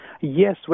Yes